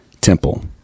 Temple